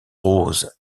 roses